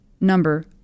number